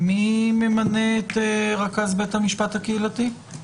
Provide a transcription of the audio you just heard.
מי ממנה את רכז בית המשפט הקהילתי?